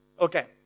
Okay